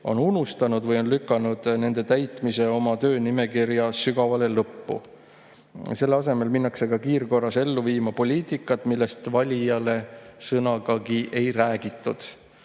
unustanud või on lükanud nende täitmise oma töönimekirja sügavale lõppu. Selle asemel minnakse kiirkorras ellu viima poliitikat, millest valijaile sõnagagi ei räägitud